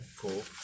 Cool